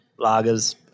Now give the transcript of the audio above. lagers